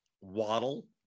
Waddle